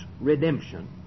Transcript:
redemption